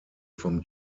vom